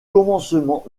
commencement